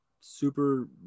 super